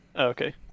Okay